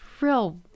real